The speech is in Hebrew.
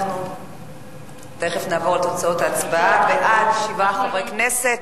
לא הצבעתי בכלל.